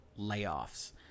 layoffs